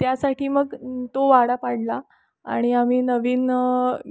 त्यासाठी मग तो वाडा पाडला आणि आम्ही नवीन